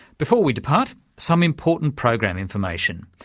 before we depart, some important program information.